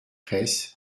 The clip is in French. reiss